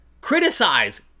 criticize